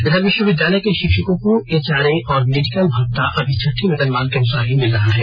इधर विष्वविद्यालय के षिक्षकों को एचआरए और मेडिकल भत्ता अभी छठे वेतनमान के अनुसार ही मिल रहा है